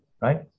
right